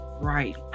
right